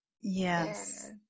yes